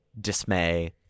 dismay